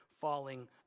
falling